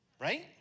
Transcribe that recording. right